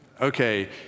Okay